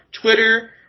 Twitter